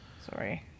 Sorry